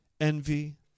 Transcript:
envy